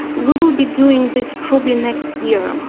we will be doing this probably next year. um